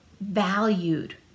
valued